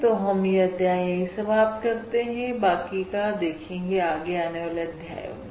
तो हम यह अध्याय यहीं समाप्त करते हैं बाकी का देखेंगे आगे आने वाले अध्यायों में